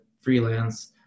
freelance